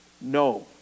No